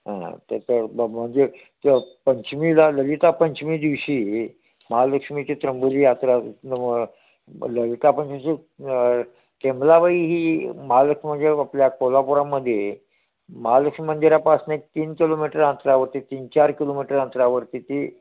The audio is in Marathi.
हां त्या ब म्हणजे त पंचमीला ललिता पंचमी दिवशी महालक्ष्मीची त्र्यंबोली यात्रा न म ललिता पंचमीची न टेंबलाबाई ही महालक्ष म्हणजे आपल्या कोल्हापुरामध्ये महालक्ष्मी मंदिरापासनं एक तीन किलोमीटर अंतरावरती तीन चार किलोमीटर अंतरावरती ती